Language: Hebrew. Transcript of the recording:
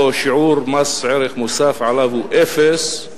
או שיעור מס ערך מוסף עליו הוא אפס?